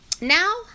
now